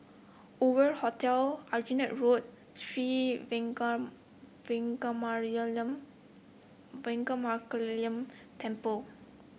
Hoover Hotel Aljunied Road Sri Veeramakaliamman Temple